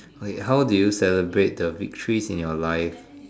okay how do you celebrate the victories in your life